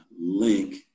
link